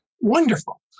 wonderful